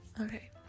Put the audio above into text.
Okay